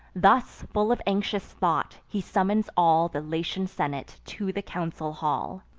thus, full of anxious thought, he summons all the latian senate to the council hall.